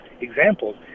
examples